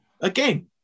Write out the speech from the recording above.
again